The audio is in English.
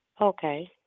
Okay